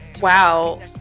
wow